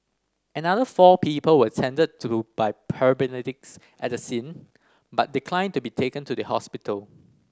another four people were attended to by paramedics at the scene but declined to be taken to the hospital